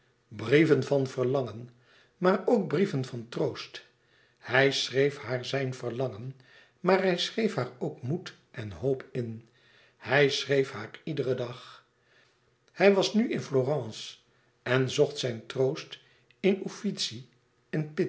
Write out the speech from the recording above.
brieven van verlangen maar ook brieven van troost hij schreef haar zijn verlangen maar hij schreef haar ook moed en hoop in hij schreef haar iederen dag hij was nu in florence en zocht zijn troost in uffizie en